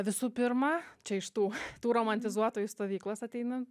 visų pirma čia iš tų tų romantizuotojų stovyklas ateina